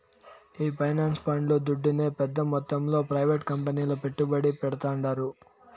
ఈ పెన్సన్ పండ్లు దుడ్డునే పెద్ద మొత్తంలో ప్రైవేట్ కంపెనీల్ల పెట్టుబడి పెడ్తాండారు